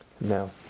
No